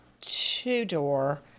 two-door